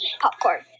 popcorn